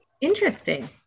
Interesting